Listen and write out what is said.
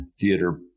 theater